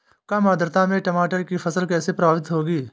कम आर्द्रता में टमाटर की फसल कैसे प्रभावित होगी?